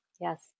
Yes